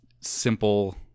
simple